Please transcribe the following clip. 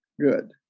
good